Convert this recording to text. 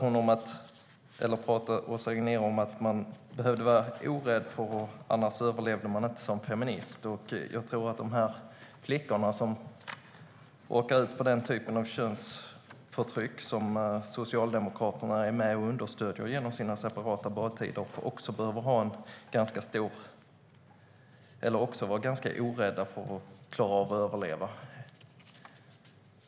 Åsa Regnér talar om att man behövde vara orädd, eftersom man annars inte överlevde som feminist. Jag tror att de flickor som råkar ut för den typen av könsförtryck som Socialdemokraterna är med och understöder genom sina separata badtider också behöver vara ganska orädda för att klara av att överleva.